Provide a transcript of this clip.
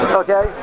okay